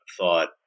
thought